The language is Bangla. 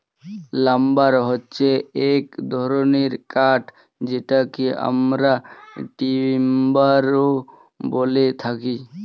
লাম্বার হচ্ছে এক ধরনের কাঠ যেটাকে আমরা টিম্বারও বলে থাকি